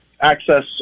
access